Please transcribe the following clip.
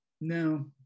no